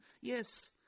yes